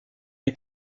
est